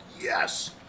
yes